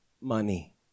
money